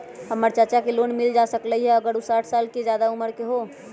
हमर चाचा के लोन मिल जा सकलई ह अगर उ साठ साल से जादे उमर के हों?